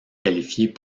qualifiés